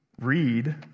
read